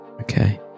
Okay